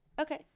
okay